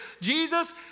Jesus